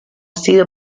sido